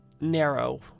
narrow